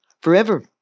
forever